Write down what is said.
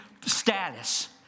status